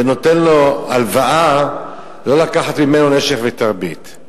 ונותן לו הלוואה, לא לקחת ממנו נשך ואת הריבית.